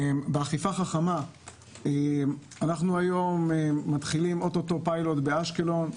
לגבי אכיפה חכמה - אנחנו מתחילים או טו טו פיילוט באשקלון.